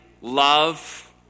love